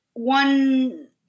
One